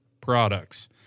products